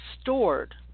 stored